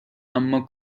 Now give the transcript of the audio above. اما